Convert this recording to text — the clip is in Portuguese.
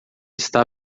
está